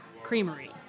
creamery